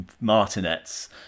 Martinets